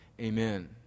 Amen